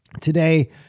Today